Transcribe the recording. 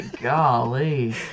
golly